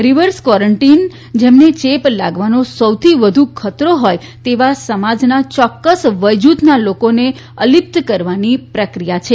reverse quarantine જેમને ચેપ લાગવાનો સૌથી વધુ ખતરો છે તેવા સમાજના યોક્કસ વયજુથના લોકોને અલિપ્ત કરવાની પ્રક્રિયા છે